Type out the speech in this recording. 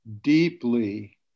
deeply